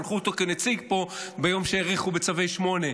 שלחו אותו כנציג פה ביום שהאריכו בצווי 8,